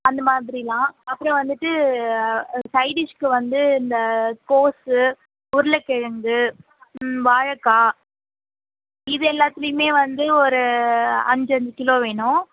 அந்த மாதிரிலாம் அப்புறோம் வந்துட்டு சைடிஷ்க்கு வந்து இந்த கோஸ் உருளைக்கிழங்கு வாழக்காய் இதெல்லாத்துலையுமே வந்து ஒரு அஞ்சு அஞ்சு கிலோ வேணும்